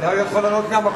אולי הוא יכול לענות מהמקום.